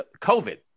COVID